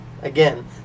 Again